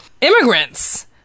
immigrants